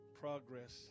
progress